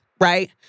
right